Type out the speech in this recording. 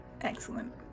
excellent